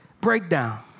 breakdown